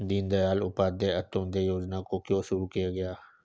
दीनदयाल उपाध्याय अंत्योदय योजना को क्यों शुरू किया गया?